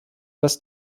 dass